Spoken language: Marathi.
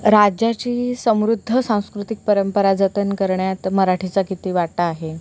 राज्याची ही समृद्ध सांस्कृतिक परंपरा जतन करण्यात मराठीचा किती वाटा आहे